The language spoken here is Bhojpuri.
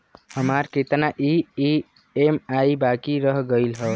हमार कितना ई ई.एम.आई बाकी रह गइल हौ?